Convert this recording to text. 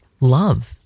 love